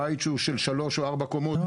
בית של שלוש או ארבע קומות,